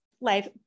Life